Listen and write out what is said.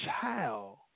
child